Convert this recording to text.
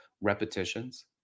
repetitions